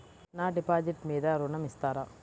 నా డిపాజిట్ మీద ఋణం ఇస్తారా?